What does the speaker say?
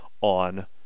on